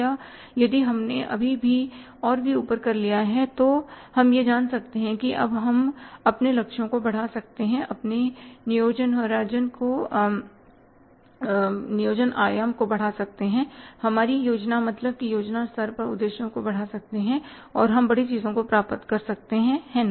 या यदि हमने अभी भी और भी ऊपर कर लिया है तो हम यह जान सकते हैं कि अब हम अपने लक्ष्यों को बढ़ा सकते हैं अपने नियोजन होराइजन को बढ़ा सकते हैं हमारी योजना मतलब की योजना स्तर पर उद्देश्यों को बढ़ा सकते हैं और हम बड़ी चीजों को प्राप्त कर सकते हैं है ना